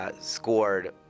scored